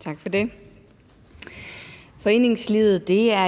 Tak for det. Foreningslivet er